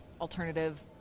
alternative